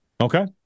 Okay